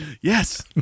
Yes